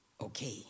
okay